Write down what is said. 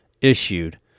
issued